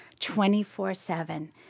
24-7